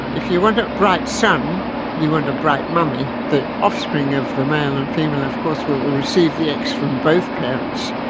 if you want a bright son you want a bright mummy, the offspring of the male and female of course will will receive the x from both parents,